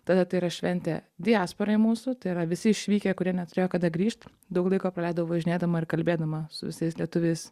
tada tai yra šventė diasporai mūsų tai yra visi išvykę kurie neturėjo kada grįžt daug laiko praleidau važinėdama ir kalbėdama su visais lietuviais